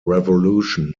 revolution